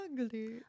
ugly